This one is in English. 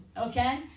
okay